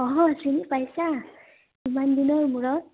অহ চিনি পাইছা কিমান দিনৰ মূৰত